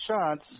shots